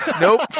Nope